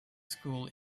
school